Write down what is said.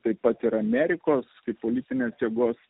taip pat ir amerikos politinės jėgos